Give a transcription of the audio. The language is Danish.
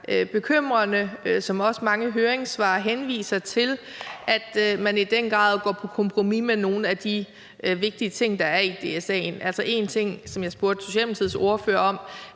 henvises til i mange høringssvar, at man i den grad går på kompromis med nogle af de vigtige ting, der er i DSA-forordningen. En ting, som jeg spurgte Socialdemokratiets ordfører om,